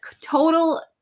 total